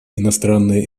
иностранные